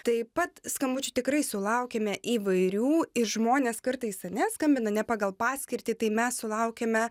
taip pat skambučių tikrai sulaukiame įvairių ir žmonės kartais ar ne skambina ne pagal paskirtį tai mes sulaukiame